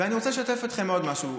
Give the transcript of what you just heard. ואני רוצה לשתף אתכם בעוד משהו.